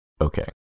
okay